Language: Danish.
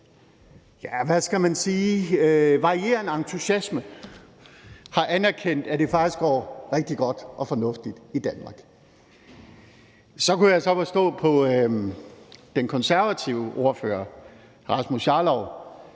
ja, hvad skal man sige, varierende entusiasme har anerkendt, at det faktisk går rigtig godt og fornuftigt i Danmark. Så kunne jeg så forstå på den konservative ordfører, hr. Rasmus Jarlov,